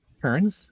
turns